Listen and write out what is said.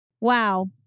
Wow